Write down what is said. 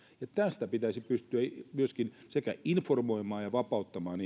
ihmisiä pitäisi pystyä sekä informoimaan ja myöskin vapauttamaan